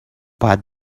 باید